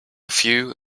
few